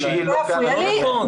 זה פשוט לא נכון.